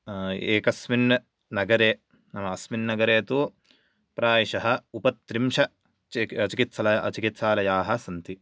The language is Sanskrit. एकस्मिन् नगरे नाम अस्मिन् नगरे तु प्रायश उपत्रिंश चिकि चिकित्सल चिकित्सालया सन्ति